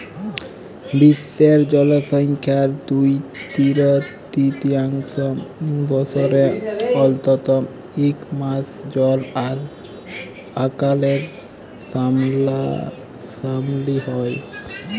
বিশ্বের জলসংখ্যার দু তিরতীয়াংশ বসরে অল্তত ইক মাস জল আকালের সামলাসামলি হ্যয়